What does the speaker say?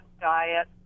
diet